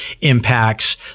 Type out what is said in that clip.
impacts